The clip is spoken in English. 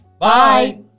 Bye